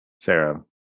Sarah